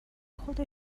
خود